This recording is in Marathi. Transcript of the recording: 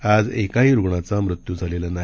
आज एकाही रुग्णाचा मृत्यू झालेला नाही